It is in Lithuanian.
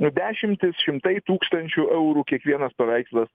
nu dešimtis šimtai tūkstančių eurų kiekvienas paveikslas